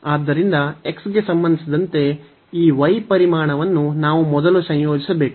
ಆದ್ದರಿಂದ x ಗೆ ಸಂಬಂಧಿಸಿದಂತೆ ಈ y ಪರಿಮಾಣವನ್ನು ನಾವು ಮೊದಲು ಸಂಯೋಜಿಸಬೇಕು